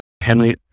Henry